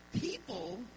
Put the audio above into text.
People